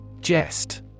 Jest